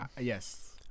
Yes